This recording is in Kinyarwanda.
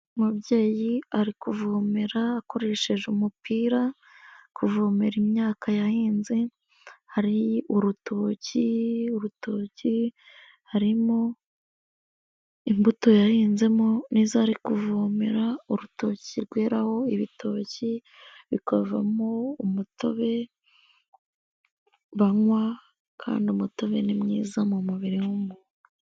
Umubyeyi ari kuvomerera akoresheje umupira, kuvomera imyaka yahinze, hari urutoki, urutoki harimo imbuto yahinzemo, nizo ari kuvomera, urutoki rweraho ibitoki bikavamowo umutobe banywa kandi umutobe ni mwiza mu mubiri w'umuntu.